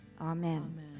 Amen